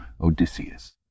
Odysseus